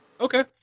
Okay